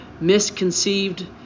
misconceived